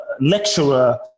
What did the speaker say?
lecturer